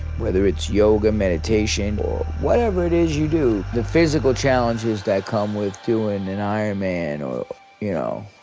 whether it's yoga, meditation or whatever it is you do the physical challenges that come with doing an iron man or you know